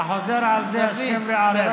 אתה חוזר על זה השכם והערב.